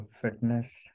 fitness